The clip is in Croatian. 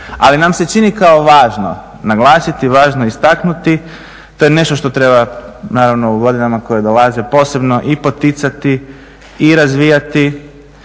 ali nam se čini kao važno naglasiti, važno istaknuti, to je nešto što treba naravno u godinama koje dolaze posebno i poticati i razvijati